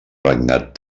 regnat